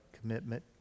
commitment